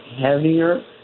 heavier